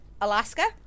Alaska